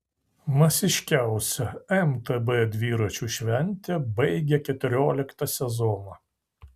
masiškiausia mtb dviračių šventė baigia keturioliktą sezoną